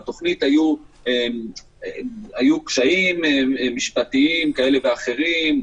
לתוכנית היו קשיים משפטיים כאלה ואחרים,